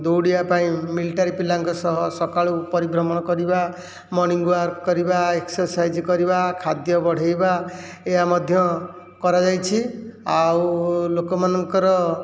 ଦୌଡ଼ିବା ପାଇଁ ମିଲିଟାରୀ ପିଲାଙ୍କ ସହ ସକାଳୁ ପରିଭ୍ରମଣ କରିବା ମର୍ନିଂୱାକ୍ କରିବା ଏକ୍ସରସାଇଜ କରିବା ଖାଦ୍ୟ ବଢ଼େଇବା ଏହା ମଧ୍ୟ କରାଯାଇଛି ଆଉ ଲୋକମାନଙ୍କର